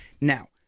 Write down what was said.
now